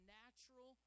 natural